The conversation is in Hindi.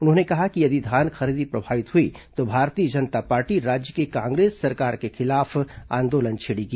उन्होंने कहा कि यदि धान खरीदी प्रभावित हुई तो भारतीय जनता पार्टी राज्य की कांग्रेस सरकार के खिलाफ आंदोलन छेड़ेगी